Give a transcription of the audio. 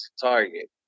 target